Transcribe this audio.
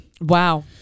wow